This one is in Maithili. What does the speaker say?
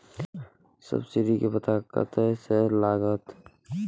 सब्सीडी के पता कतय से लागत?